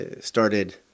started